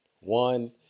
One